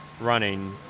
running